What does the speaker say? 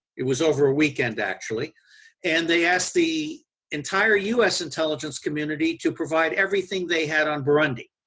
it was over a weekend actually and they asked the entire u s. intelligence community to provide everything they had on burundi.